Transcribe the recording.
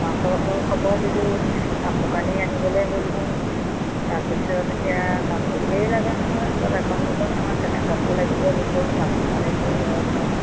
মাছৰ খবৰ দিলোঁ কাপোৰ কানি আনিবলৈ গ'লো তাৰপিছত এতিয়া কাপোৰ ঢেৰ লাগে নহয় অকল এখন দুখন নহয় চেলেং কাপোৰ লাগিব দুখন গামোচা লাগিব দহখন